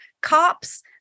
Cops